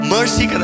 Mercy